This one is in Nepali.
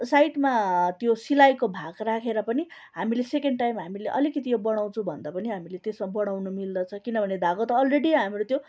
साइडमा त्यो सिलाइको भाग राखेर पनि हामीले सेकेन्ड टाइम हामीले अलिकति यो बढाउँछु भन्दा पनि हामीले त्यसमा बढाउनु मिल्दछ किनभने धागो त अलरेडी हाम्रो त्यो